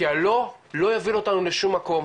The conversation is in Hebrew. כי הלא לא יוביל אותנו לשום מקום,